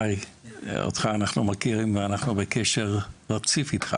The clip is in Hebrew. חי מהמשרד לשוויון